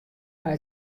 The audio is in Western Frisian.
mei